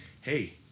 hey